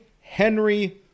Henry